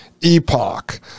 epoch